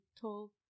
tall